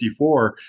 54